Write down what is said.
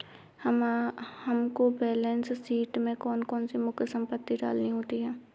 हमको balance sheet में कौन कौन सी मुख्य संपत्ति डालनी होती है?